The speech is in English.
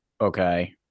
Okay